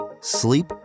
sleep